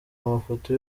amafoto